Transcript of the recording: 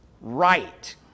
right